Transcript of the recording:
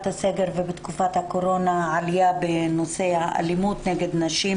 הסגר ותקופת הקורונה העלייה בנושא האלימות נגד נשים